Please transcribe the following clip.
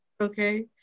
okay